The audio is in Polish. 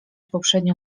poprzednio